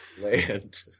Land